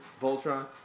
Voltron